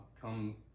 come